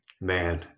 man